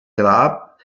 grab